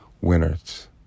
winners